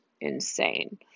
insane